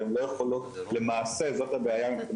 והן לא יכולות למעשה זאת הבעיה מבחינה